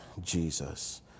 Jesus